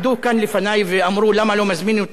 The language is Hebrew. מזמינים אותם לא יודעים מה זה שיקולים מסחריים,